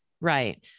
right